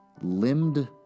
limbed